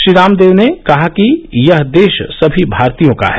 श्री रामदेव ने कहा कि यह देश सभी भारतीयों का है